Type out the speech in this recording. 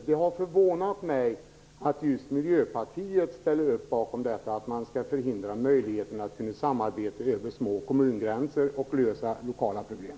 Det har förvånat mig att just Miljöpartiet ställer upp på att förhindra små kommuner från att samarbeta över kommungränserna och lösa lokala problem.